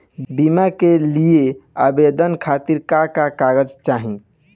बीमा के लिए आवेदन खातिर का का कागज चाहि?